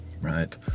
right